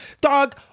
Dog